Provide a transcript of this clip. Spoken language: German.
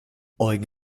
eugen